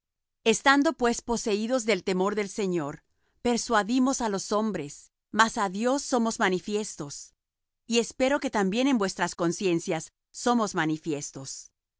estando pues poseídos del temor del señor persuadimos á los hombres mas á dios somos manifiestos y espero que también en vuestras conciencias somos manifiestos